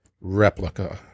replica